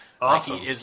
Awesome